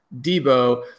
Debo